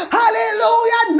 hallelujah